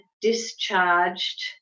discharged